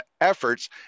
efforts